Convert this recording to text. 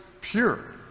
pure